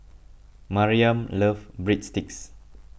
Maryam loves Breadsticks